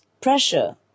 pressure